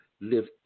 live